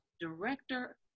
director